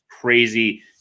crazy